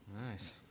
Nice